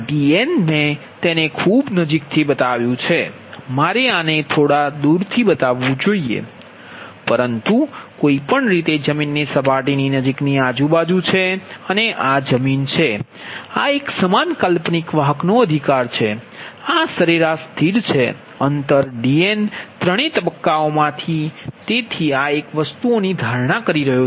ખરેખર આ Dn મેં તેને ખૂબ નજીકથી બતાવ્યું છે મારે આનાથી થોડુંક દૂર બતાવવું જોઈએ પરંતુ કોઈપણ રીતે જમીનની સપાટીની નજીકની આજુબાજુ છે અને આ જમીન છે આ એક સમાન કાલ્પનિક વાહકનો અધિકાર છે અને સરેરાશ સ્થિર છે અંતર Dn ત્રણેય તબક્કાઓમાંથી તેથી આ એક ધારણા છે